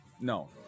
No